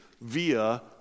via